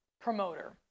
promoter